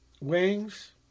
Wings